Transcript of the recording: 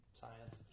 science